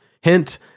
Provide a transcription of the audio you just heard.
Hint